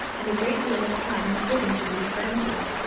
and a great deal of time is given to these branches.